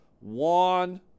one